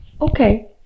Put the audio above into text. Okay